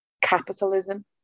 capitalism